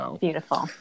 Beautiful